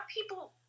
people